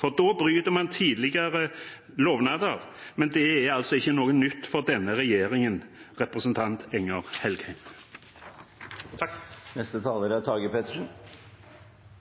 for da bryter man tidligere lovnader. Men – til representanten Engen-Helgheim – det er altså ikke noe nytt fra denne regjeringen.